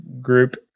group